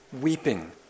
weeping